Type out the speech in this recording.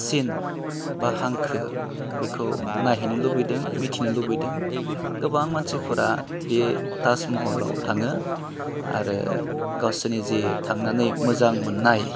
सिन बा हांखो बेखौ नायहैनो लुबैदों मिथिनो लुबैदों गोबां मानसिफोरा बे ताजमह'लाव थाङो आरो गावसोरनि जि थांनानै मोजां मोननाय